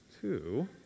two